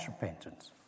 repentance